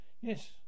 Yes